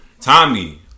Tommy